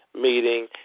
meeting